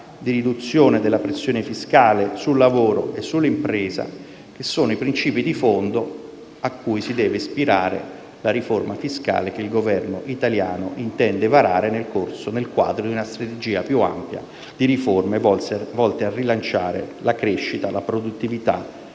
di riduzione della pressione fiscale sul lavoro e sull'impresa, che sono i principi di fondo a cui si deve ispirare la riforma fiscale che il Governo italiano intende varare nel quadro di una strategia più ampia di riforme volte a rilanciare la crescita, la produttività